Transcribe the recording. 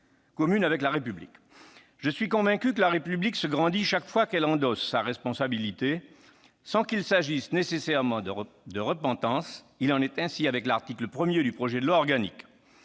commune avec la République. Je suis convaincu que la République se grandit chaque fois qu'elle endosse ses responsabilités, sans qu'il s'agisse nécessairement de faire acte de repentance. Il en est ainsi avec l'article 1 du projet de loi organique.